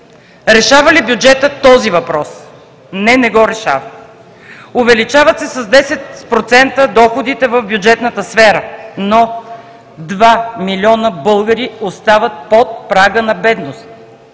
Решава ли бюджетът този въпрос? Не, не го решава! Увеличават се с 10% доходите в бюджетната сфера, но два милиона българи остават под прага на бедност